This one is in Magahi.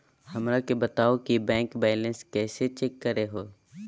हमरा के बताओ कि बैंक बैलेंस कैसे चेक करो है?